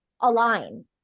align